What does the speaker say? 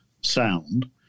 sound